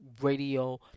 Radio